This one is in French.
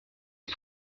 est